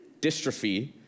dystrophy